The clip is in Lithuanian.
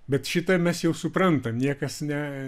bet šitą mes jau suprantam niekas ne